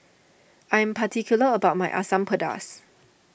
I am particular about my Asam Pedas